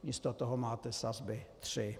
Místo toho máte sazby tři.